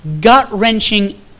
gut-wrenching